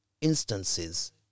instances